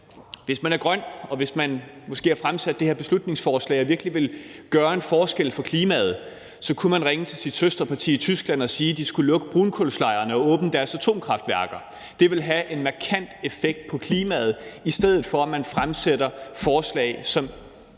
hvis man måske har fremsat det her beslutningsforslag og virkelig vil gøre en forskel for klimaet, kunne man ringe til sit søsterparti i Tyskland og sige, at de skulle lukke brunkulslejerne og åbne deres atomkraftværker, for det ville have en markant effekt på klimaet, i stedet for at man fremsætter forslag,